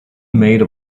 made